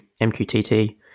MQTT